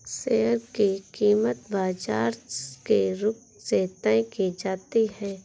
share की कीमत बाजार के रुख से तय की जाती है